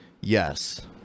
Yes